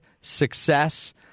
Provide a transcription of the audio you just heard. success